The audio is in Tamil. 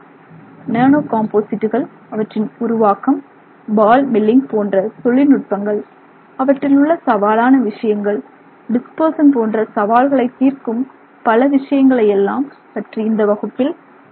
நானோ காம்போசிட்டுகள் அவற்றின் உருவாக்கம் பால் மில்லிங் போன்ற தொழில் நுட்பங்கள் அவற்றில் உள்ள சவாலான விஷயங்கள் டிஸ்பர்சன் போன்ற சவால்களை தீர்க்கும் பல விஷயங்களை யெல்லாம் பற்றி இந்த வகுப்பில் நாம் பார்த்தோம்